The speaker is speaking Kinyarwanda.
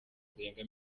zirenga